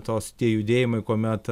tos tie judėjimai kuomet